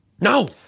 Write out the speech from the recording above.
No